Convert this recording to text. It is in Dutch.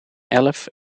elf